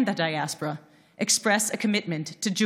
the diaspora express a commitment to Jewish